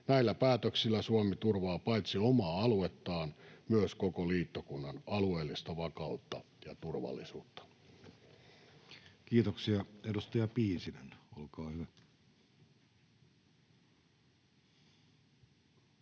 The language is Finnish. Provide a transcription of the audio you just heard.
Näillä päätöksillä Suomi turvaa paitsi omaa aluettaan myös koko liittokunnan alueellista vakautta ja turvallisuutta. Kiitoksia. — Edustaja Piisinen, olkaa hyvä.